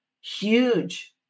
huge